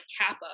Kappa